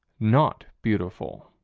not beautiful.